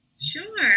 Sure